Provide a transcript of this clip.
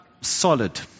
solid